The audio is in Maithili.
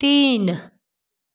तीन